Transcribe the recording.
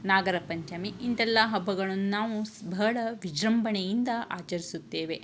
ನಾಗರಪಂಚಮಿ ಇಂತೆಲ್ಲ ಹಬ್ಬಗಳನ್ನ ನಾವು ಬಹಳ ವಿಜೃಂಭಣೆಯಿಂದ ಆಚರಿಸುತ್ತೇವೆ